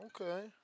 Okay